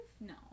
No